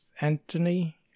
Anthony